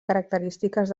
característiques